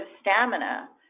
stamina